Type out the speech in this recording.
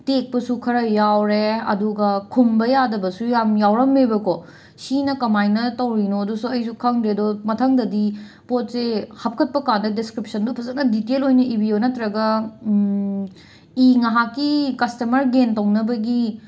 ꯇꯦꯛꯄꯁꯨ ꯈꯔ ꯌꯥꯎꯔꯦ ꯑꯗꯨꯒ ꯈꯨꯝꯕ ꯌꯥꯗꯕꯁꯨ ꯌꯥꯝ ꯌꯥꯎꯔꯝꯃꯦꯕꯀꯣ ꯁꯤꯅ ꯀꯃꯥꯏꯅ ꯇꯧꯔꯤꯅꯣꯗꯨꯁꯨ ꯑꯩꯁꯨ ꯈꯪꯗ꯭ꯔꯦ ꯑꯗꯣ ꯃꯊꯪꯗꯗꯤ ꯄꯣꯠꯁꯦ ꯍꯥꯞꯀꯠꯄꯀꯥꯟꯗ ꯗꯦꯁꯀ꯭ꯔꯤꯞꯁꯟꯗꯣ ꯐꯖꯅ ꯗꯤꯇꯦꯜ ꯑꯣꯏꯅ ꯏꯕꯤꯌꯨ ꯅꯠꯇ꯭ꯔꯒ ꯏ ꯉꯥꯏꯍꯥꯛꯀꯤ ꯀꯁꯇꯃꯔ ꯒꯦꯟ ꯇꯧꯅꯕꯒꯤ